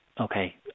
Okay